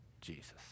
Jesus